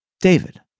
David